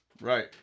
right